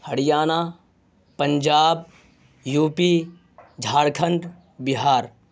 Haryana Punjab UP Jharkhand Bihar